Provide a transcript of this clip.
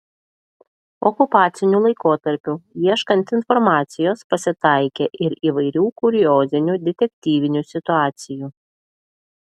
okupaciniu laikotarpiu ieškant informacijos pasitaikė ir įvairių kuriozinių detektyvinių situacijų